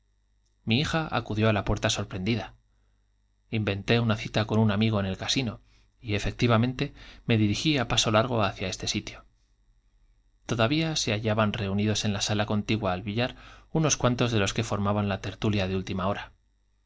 mi hija acudió á la puerta sorprendida inventé una cita con un amigo en el casino y efectivamente á paso hacia sitio todavía se me dirigí largo este hallaban reunidos en la sala contigua al billar unos cuantos de los que folmaban la tertulia de última hora